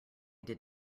did